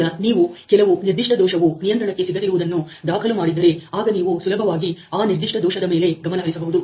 ಈಗ ನೀವು ಕೆಲವು ನಿರ್ದಿಷ್ಟ ದೋಷವು ನಿಯಂತ್ರಣಕ್ಕೆ ಸಿಗದಿರುವುದನ್ನು ದಾಖಲು ಮಾಡಿದ್ದರೆ ಆಗ ನೀವು ಸುಲಭವಾಗಿ ಆ ನಿರ್ದಿಷ್ಟ ದೋಷದ ಮೇಲೆ ಗಮನಹರಿಸಬಹುದು